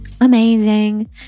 Amazing